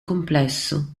complesso